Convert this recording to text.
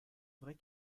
vraie